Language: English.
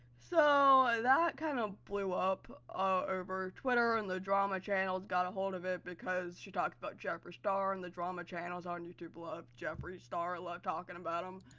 so, that kind of blew up all over twitter and the drama channels got a hold of it because she talked about jeffree star and the drama channels on youtube love jeffree star, love talking about him.